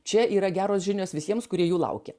čia yra geros žinios visiems kurie jų laukia